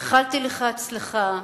איחלתי לך הצלחה,